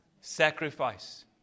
sacrifice